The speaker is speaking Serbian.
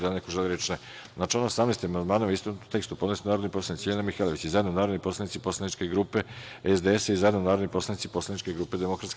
Da li neko želi reč? (Ne.) Na član 18. amandmane u istovetnom tekstu podneli narodni su poslanici LJiljana Mihajlović i zajedno narodni poslanici poslaničke grupe SDS i zajedno narodni poslanici poslaničke grupe DS.